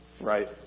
Right